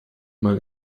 mal